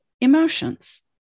emotions